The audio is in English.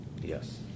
Yes